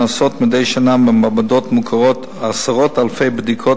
נעשות מדי שנה במעבדות מוכרות עשרות אלפי בדיקות